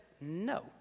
no